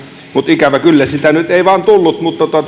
ikävä kyllä sitä nyt ei vain tullut mutta